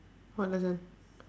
what lesson